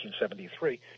1973